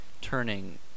turning